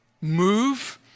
move